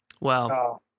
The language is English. wow